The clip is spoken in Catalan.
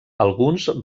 alguns